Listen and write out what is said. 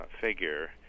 figure